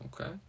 Okay